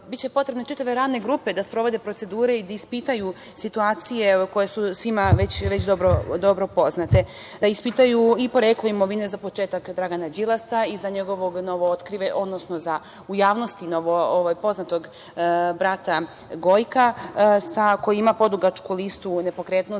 biće potrebne čitave radne grupe da sprovode procedure i da ispitaju situacije koje su svima već dobro poznate, da ispitaju i poreklo imovine, za početak Dragana Đilasa i za njegovog u javnosti novopoznatog brata Gojka, koji ima podugačku listu nepokretnosti